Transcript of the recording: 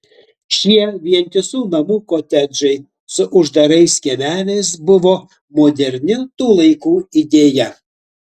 šie vientisų namų kotedžai su uždarais kiemeliais buvo moderni tų laikų idėja